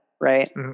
right